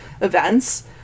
events